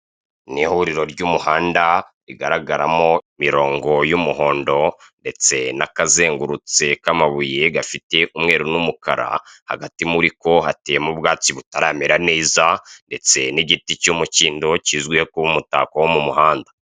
Ni ihuriro ry'umuhanda rigaragaramo imirongo y'umuhondo ndetse n'akazengurutse k'amabuye gafite umweru n'umukara hagati muri ko hateyemo ubwatsi butaramera neza ndetse n'igiti cy'umukindo kizwiho kuba umutako wo mu muhanda.